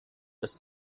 ist